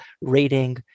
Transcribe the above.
rating